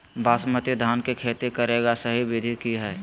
बासमती धान के खेती करेगा सही विधि की हय?